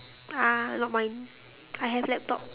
uh not mine I have laptop